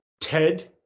Ted